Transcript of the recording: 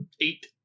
eight